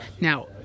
Now